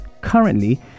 currently